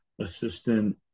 assistant